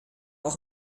auch